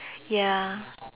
ya